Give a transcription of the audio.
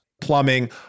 plumbing